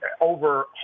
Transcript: over